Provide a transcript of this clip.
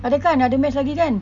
ada kan ada maths lagi kan